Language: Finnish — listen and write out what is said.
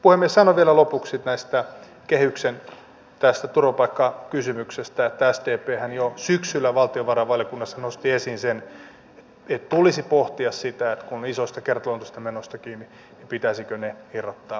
sanon vielä lopuksi tästä kehyksen turvapaikkakysymyksestä että sdphän jo syksyllä valtiovarainvaliokunnassa nosti esiin sen että tulisi pohtia sitä että kun on isoista kertaluontoisista menoista kyse pitäisikö ne irrottaa kehyksestä